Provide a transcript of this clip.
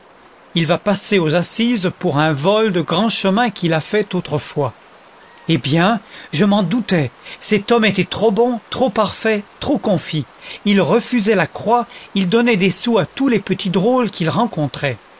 il va passer aux assises pour un vol de grand chemin qu'il a fait autrefois eh bien je m'en doutais cet homme était trop bon trop parfait trop confit il refusait la croix il donnait des sous à tous les petits drôles qu'il rencontrait